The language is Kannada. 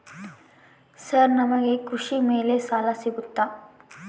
ಸರ್ ನಮಗೆ ಕೃಷಿ ಮೇಲೆ ಸಾಲ ಸಿಗುತ್ತಾ?